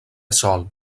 sol